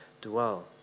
dwell